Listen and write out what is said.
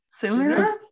sooner